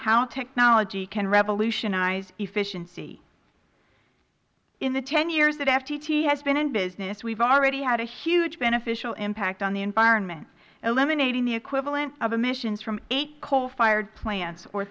how technology can revolutionize efficiency in the ten years that ftt has been in business we have already had a huge beneficial impact on the environment eliminating the equivalent of emissions from eight coal fired plants or